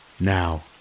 Now